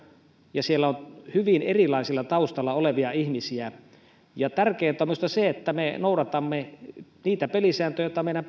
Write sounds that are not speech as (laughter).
ja siellä on hyvin erilaisella taustalla olevia ihmisiä tärkeintä on minusta se että me noudatamme niitä pelisääntöjä jotka meidän (unintelligible)